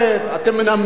אתם מנמנמים.